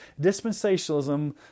Dispensationalism